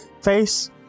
face